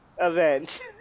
event